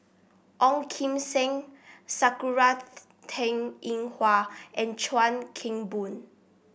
Ong Kim Seng Sakura Teng Ying Hua and Chuan Keng Boon